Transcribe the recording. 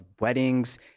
weddings